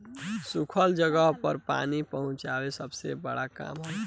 सुखल जगह पर पानी पहुंचवाल सबसे बड़ काम हवे